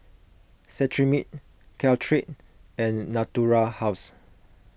Cetrimide Caltrate and Natura House